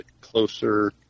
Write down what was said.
closer